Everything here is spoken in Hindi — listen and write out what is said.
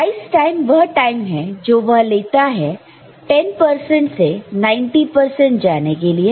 राइस टाइम वह टाइम है जो वह लेता है 10 परसेंट से 90 परसेंट जाने के लिए